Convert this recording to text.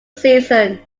season